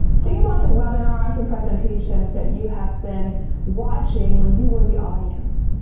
think about the webinars, some presentations that you have been watching, where you were the audience,